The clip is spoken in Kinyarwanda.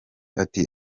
ati